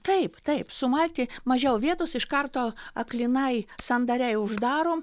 taip taip sumalti mažiau vietos iš karto aklinai sandariai uždarom